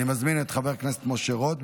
אני מזמין את חבר הכנסת משה רוט,